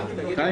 כן.